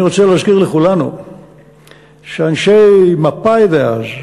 אני רוצה להזכיר לכולנו שאנשי מפא"י דאז,